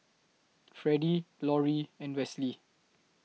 Freddie Lorie and Westley